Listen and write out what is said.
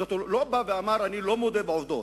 הוא לא בא ואמר: אני לא מודה בעובדות.